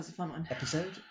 episode